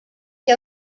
que